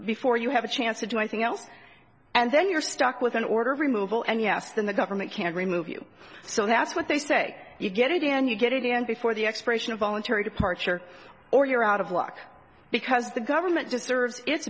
before you have a chance to do anything else and then you're stuck with an order of removal and you ask then the government can remove you so that's what they say you get again you get it in before the expiration of voluntary departure or you're out of luck because the government just serves it